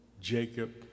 Jacob